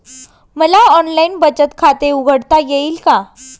मला ऑनलाइन बचत खाते उघडता येईल का?